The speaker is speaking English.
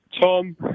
Tom